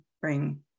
bring